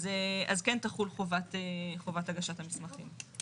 אז כן תחול חובת הגשת המסמכים.